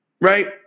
right